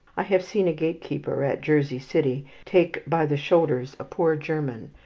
i have seen a gatekeeper at jersey city take by the shoulders a poor german,